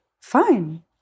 Fine